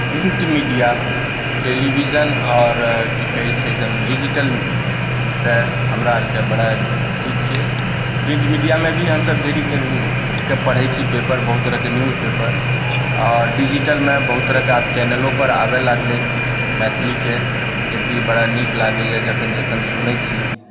print media television आर की कहय छै आ डिजिटलसँ हमरा अरके बड़ा ठीक छियै प्रिंट मीडियामे भी हमसभ डेलीके पढ़य छी पेपर बहुत तरहके न्यूज पेपर आ डिजिटलमे आब बहुत तरहके चैनेलोपर आबय लागलैय मैथिलीके बड़ा नीक लागै यऽ जखन जखन सुनैत छी